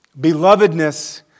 Belovedness